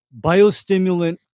biostimulant